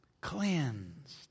Cleansed